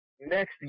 next